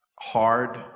hard